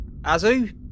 Azu